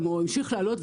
הוא המשיך לעלות,